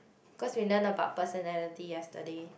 cause we learn about personality yesterday